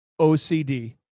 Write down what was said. OCD